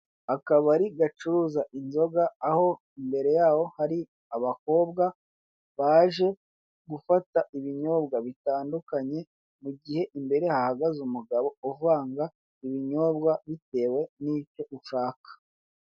Akabari gacuruza inzoga aho imbere yaho hari abakobwa baje gufata ibinyobwa bitandukanye mu gihe imbere hahagaze umugabo uvanga ibinyobwa bitewe n'ibyo ushaka.